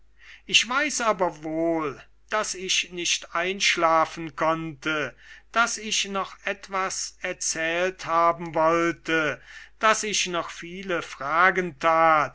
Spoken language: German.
ich weiß aber wohl daß ich nicht einschlafen konnte daß ich noch etwas erzählt haben wollte daß ich noch viele fragen tat